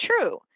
true